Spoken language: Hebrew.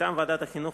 מטעם ועדת החינוך,